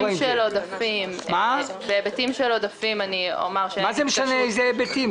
בהיבטים של עודפים אני אומר ש --- מה זה משנה ההיבטים.